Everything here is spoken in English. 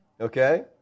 Okay